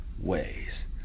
ways